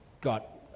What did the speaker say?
got